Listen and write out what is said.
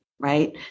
Right